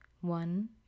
one